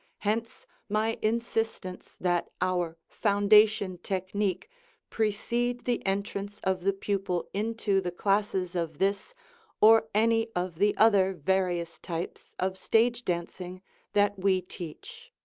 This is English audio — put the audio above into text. hence my insistence that our foundation technique precede the entrance of the pupil into the classes of this or any of the other various types of stage dancing that we teach.